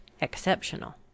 exceptional